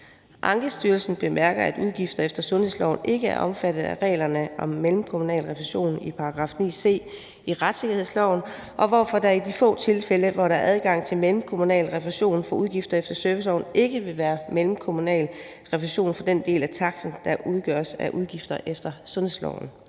Ankestyrelsen bemærker, at udgifter efter sundhedsloven ikke er omfattet af reglerne om mellemkommunal refusion i § 9 c i retssikkerhedsloven, og hvorfor der i de få tilfælde, hvor der er adgang til mellemkommunal refusion for udgifter efter serviceloven, ikke vil være mellemkommunal refusion for den del af taksten, der udgøres af udgifter efter sundhedsloven.